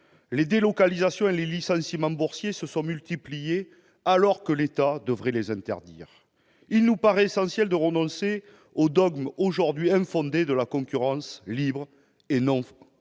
Les délocalisations et les licenciements boursiers se sont multipliés, alors que l'État devrait les interdire. Il nous paraît essentiel de renoncer au dogme, aujourd'hui infondé, de la concurrence libre et non faussée.